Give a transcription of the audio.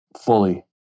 fully